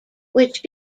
which